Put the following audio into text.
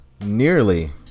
nearly